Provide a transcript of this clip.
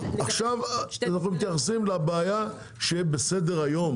עכשיו אנחנו מתייחסים לבעיה שבסדר-היום.